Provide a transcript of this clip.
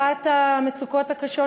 אחת המצוקות הקשות,